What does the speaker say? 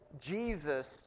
Jesus